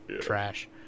trash